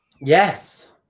Yes